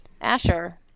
Asher